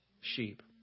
sheep